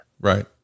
right